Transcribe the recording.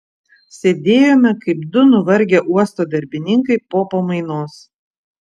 sėdėjome kaip du nuvargę uosto darbininkai po pamainos